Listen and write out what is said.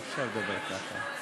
אי-אפשר לדבר ככה.